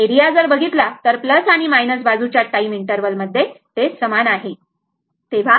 area जर बघितला तर आणि मायनस बाजूच्या टाईम इंटरवल मध्ये समान आहे बरोबर